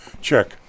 check